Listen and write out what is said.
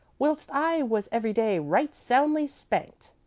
whilst i was every day right soundly spanked.